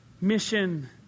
Mission